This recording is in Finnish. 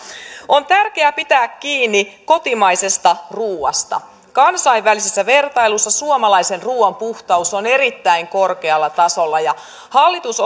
on tärkeää pitää kiinni kotimaisesta ruoasta kansainvälisessä vertailussa suomalaisen ruoan puhtaus on erittäin korkealla tasolla hallitus